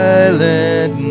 Silent